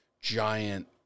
giant